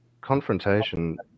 confrontation